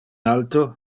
alto